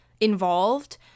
involved